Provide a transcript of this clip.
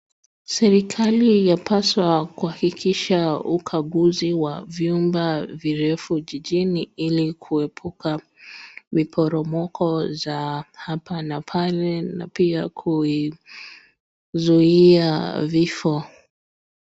Serikali yapaswa kuhakikisha ukaguzi wa vyumba virefu jijini ili kuepuka miporomoko za hapa na pale na pia kuzuia vifo